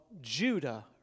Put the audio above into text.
Judah